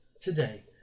today